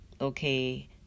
okay